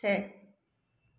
छः